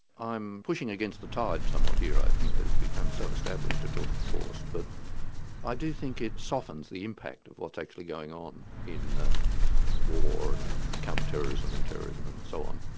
i'm pushing against the tide somewhat here i think, that it's become so established to talk of force, but i do think it softens the impact of what's actually going on in war and counter-terrorism and um terrorism and so on,